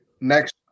next –